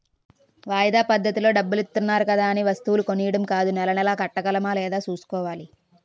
వాయిదా పద్దతిలో డబ్బులిత్తన్నారు కదా అనే వస్తువులు కొనీడం కాదూ నెలా నెలా కట్టగలమా లేదా సూసుకోవాలి